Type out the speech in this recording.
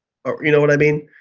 you know what i mean?